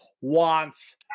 wants